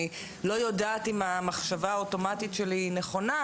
אני לא יודעת אם המחשבה האוטומטית שלי היא נכונה,